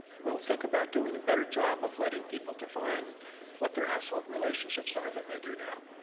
we'll think about doing a better job of letting people define what their household relationships are than they do now.